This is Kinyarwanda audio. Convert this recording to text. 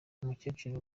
umukecuru